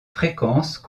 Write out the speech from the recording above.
fréquences